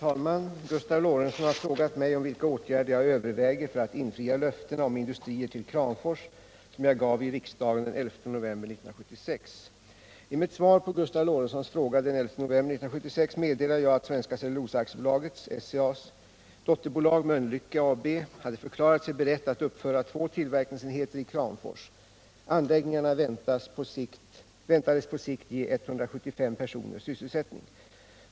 I mitt svar på Gustav Lorentzons fråga den 11 november 1976 meddelade jag att Svenska Cellulosa Aktiebolagets, SCA, dotterbolag Mölnlycke AB hade förklarat sig berett att uppföra två tillverkningsenheter i Kramfors. Anläggningarna väntades på sikt ge 175 personer sysselsättning.